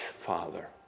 Father